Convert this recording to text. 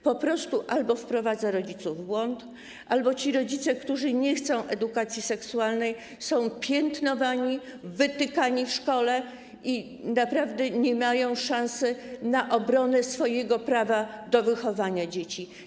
Po prostu albo wprowadzają rodziców w błąd, albo ci rodzice, którzy nie chcą edukacji seksualnej, są piętnowani, wytykani w szkole i naprawdę nie mają szansy na obronę swojego prawa do wychowania dzieci.